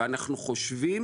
אנחנו חושבים